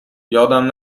یادم